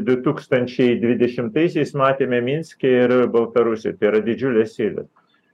du tūkstančiai dvidešimtaisiais matėme minske ir baltarusijoj tai yra didžiulės eilės